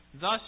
Thus